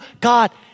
God